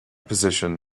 position